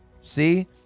See